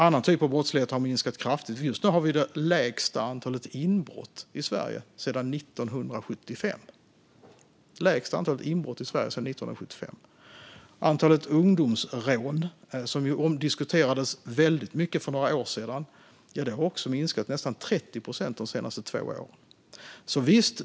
Andra typer av brottslighet har minskat kraftigt. Just nu har vi det minsta antalet inbrott i Sverige sedan 1975. Antalet ungdomsrån, som ju diskuterades väldigt mycket för några år sedan, har minskat med nästan 30 procent de senaste två åren.